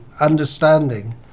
understanding